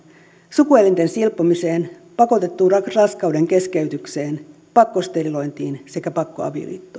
sukuelinten silpomiseen pakotettuun raskaudenkeskeytykseen pakkosterilointiin sekä pakkoavioliittoihin